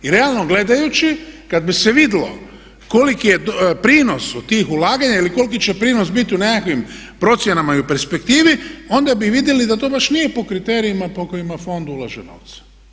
I realno gledajući kad bi se vidjelo koliki je prinos od tih ulaganja ili koliki će prinos biti u nekakvim procjenama i u perspektivi onda bi vidjeli da to baš nije po kriterijima po kojima fond ulaže novce.